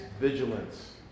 vigilance